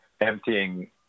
emptying